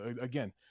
again